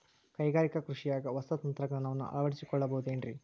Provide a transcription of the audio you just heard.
ಕೈಗಾರಿಕಾ ಕೃಷಿಯಾಗ ಹೊಸ ತಂತ್ರಜ್ಞಾನವನ್ನ ಅಳವಡಿಸಿಕೊಳ್ಳಬಹುದೇನ್ರೇ?